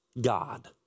God